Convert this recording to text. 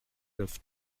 neuf